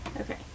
Okay